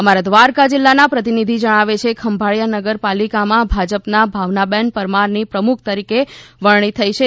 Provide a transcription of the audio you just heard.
અમારા દ્વારકા જિલ્લાના પ્રતિનિધિ જણાવે છે કે ખંભાળીયાનગર પાલિકામાં ભાજપના ભાવનાબેન પરમારની પ્રમુખ તરીકે વરણી થઈ છે